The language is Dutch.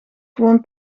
gewoon